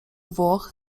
włoch